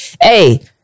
hey